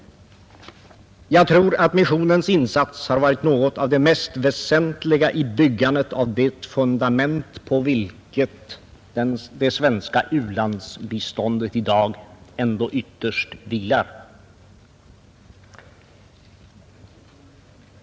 Jag tror att missionens insats har varit något av det mest väsentliga i byggandet av det fundament på vilket det svenska u-landsbiståndet i dag ändå ytterst vilar.